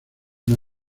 una